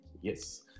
Yes